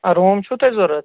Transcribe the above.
ٲں روٗم چھُو تۄہہِ ضروٗرت